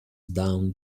down